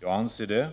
Jag anser det.